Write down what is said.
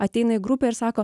ateina į grupę ir sako